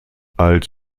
als